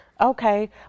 Okay